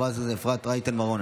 חברת הכנסת אפרת רייטן מרום,